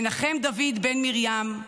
מנחם דוד בן מרים,